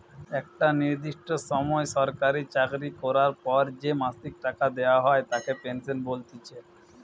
একটা নির্দিষ্ট সময় সরকারি চাকরি করার পর যে মাসিক টাকা দেওয়া হয় তাকে পেনশন বলতিছে